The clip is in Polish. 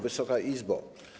Wysoka Izbo!